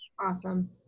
Awesome